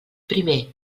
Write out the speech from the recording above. primer